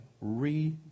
re